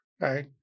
Right